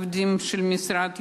עובדים של המשרד,